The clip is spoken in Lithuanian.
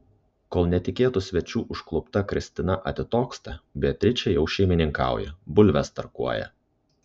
kol netikėtų svečių užklupta kristina atitoksta beatričė jau šeimininkauja bulves tarkuoja